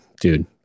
dude